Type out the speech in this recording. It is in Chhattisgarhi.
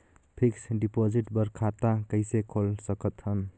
फिक्स्ड डिपॉजिट बर खाता कइसे खोल सकत हन?